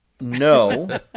No